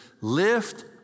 lift